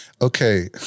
Okay